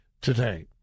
today